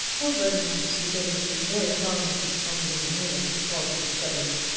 already i was beginning to be very fond of this funny little man who called me stubbins,